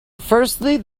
firstly